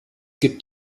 gibt